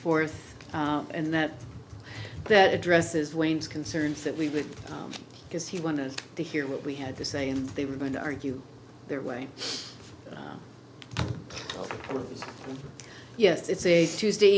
fourth and that that addresses wayne's concerns that we would because he wanted us to hear what we had to say and they were going to argue their way yes it's a tuesday